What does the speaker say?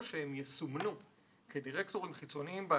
שהם יסומנו כדירקטורים חיצוניים בעייתיים,